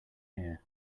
here